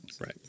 Right